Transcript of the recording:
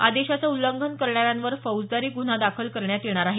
आदेशाचं उल्लंघन करणाऱ्यांवर फौजदारी गुन्हा दाखल करण्यात येणार आहे